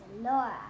Laura